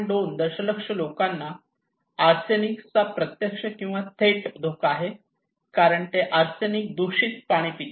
२ दशलक्ष लोकांना आर्सेनिक चा अप्रत्यक्ष किंवा थेट धोका आहे कारण ते आर्सेनिक दूषित पाणी पितात